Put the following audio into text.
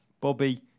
Bobby